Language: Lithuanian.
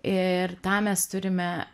ir tą mes turime